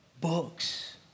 books